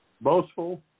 boastful